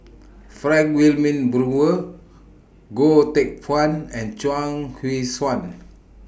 Frank Wilmin Brewer Goh Teck Phuan and Chuang Hui Tsuan